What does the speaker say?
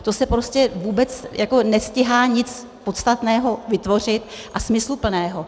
To se prostě vůbec nestíhá nic podstatného vytvořit a smysluplného.